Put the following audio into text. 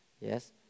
yes